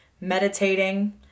meditating